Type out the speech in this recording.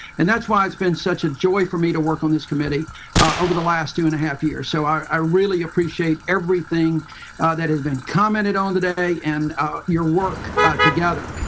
and that's why it's been such a joy for me to work on this committee over the last two and a half years. so, i really appreciate everything that has been commented on today and your work together.